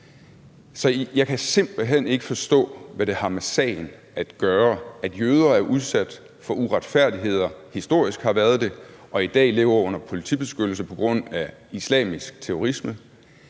Så jeg kan simpelt hen ikke forstå, hvad det har med sagen at gøre, at jøder er udsat for uretfærdigheder, historisk har været det og i dag lever under politibeskyttelse på grund af islamisk terrorisme.